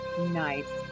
Nice